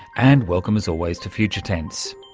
and welcome as always to future tense.